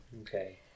Okay